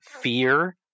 fear